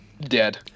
Dead